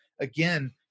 again